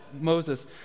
Moses